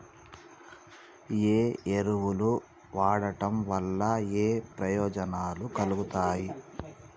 ఏ ఎరువులు వాడటం వల్ల ఏయే ప్రయోజనాలు కలుగుతయి?